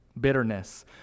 Bitterness